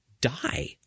die